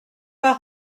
pas